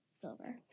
Silver